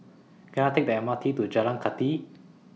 Can I Take The M R T to Jalan Kathi